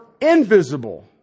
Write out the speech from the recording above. invisible